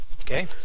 okay